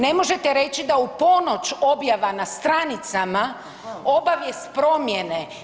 Ne možete reći da u ponoć objava na stranicama, obavijest promjene.